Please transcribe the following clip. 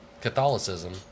Catholicism